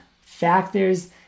factors